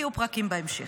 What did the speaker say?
יהיו פרקים בהמשך.